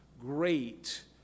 great